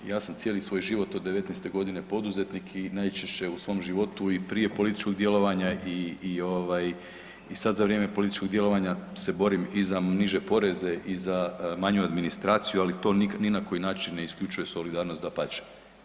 Ja sam cijeli svoj život od 19. godine poduzetnik i najčešće u svom životu i prije političkog djelovanja i sada za vrijeme političkog djelovanja se borim i za niže poreze i za manju administraciju, ali to ni na koji način ne isključuje solidarnost, dapače.